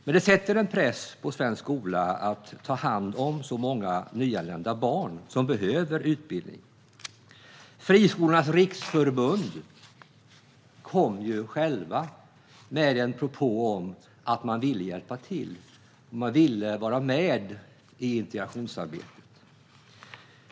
Men det sätter en press på svensk skola att ta hand om så många nyanlända barn, som behöver utbildning. Friskolornas riksförbund kom själva med en propå om att de ville hjälpa till. De ville vara med i integrationsarbetet.